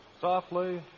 softly